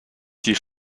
die